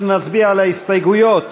אנחנו נצביע על ההסתייגויות